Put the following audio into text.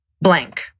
blank